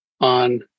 on